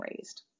raised